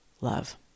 love